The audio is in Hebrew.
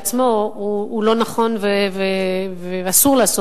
דבר שכשלעצמו הוא לא נכון ואסור לעשות